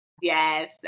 Yes